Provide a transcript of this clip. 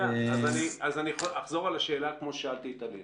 להשכלה כללית,